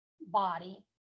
body